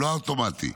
לא האוטומטי.